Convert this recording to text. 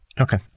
Okay